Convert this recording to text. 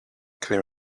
clear